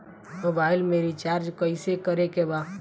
Mobile में recharge कइसे करे के बा?